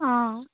অঁ